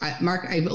Mark